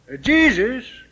Jesus